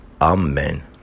Amen